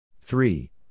Three